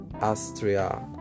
Austria